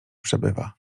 przebywa